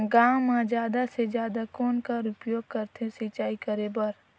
गांव म जादा से जादा कौन कर उपयोग करथे सिंचाई करे बर?